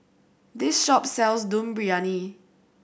this shop sells Dum Briyani